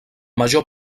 major